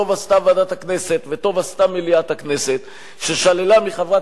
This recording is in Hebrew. טוב עשתה ועדת הכנסת וטוב עשתה מליאת הכנסת ששללו מחברת